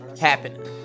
happening